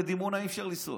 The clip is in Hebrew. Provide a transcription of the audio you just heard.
לדימונה אי-אפשר לנסוע,